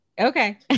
Okay